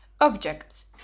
objects